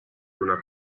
una